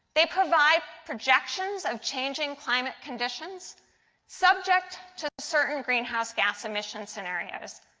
they provide projections of changing climate conditions subject to certain greenhouse gas emissions scenarios.